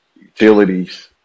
utilities